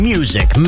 Music